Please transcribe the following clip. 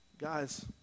Guys